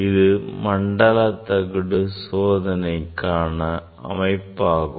இதுதான் மண்டல தகடு சோதனைக்கான அமைப்பாகும்